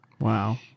Wow